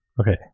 Okay